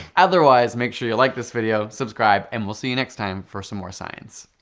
otherwise make sure you like this video, subscribe and we'll see you next time for some more science,